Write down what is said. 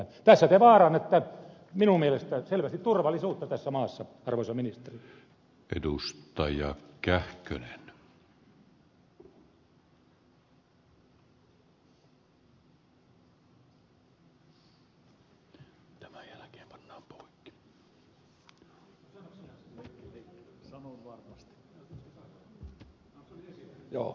tässä te vaarannatte minun mielestäni selvästi turvallisuutta tässä maassa arvoisa ministeri